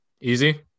Easy